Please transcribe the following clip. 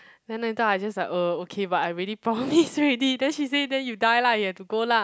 then later I just like uh okay but I already promised already then she said then you die lah you have to go lah